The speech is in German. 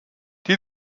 die